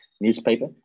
newspaper